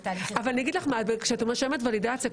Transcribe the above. כשאת רושמת ולידציה,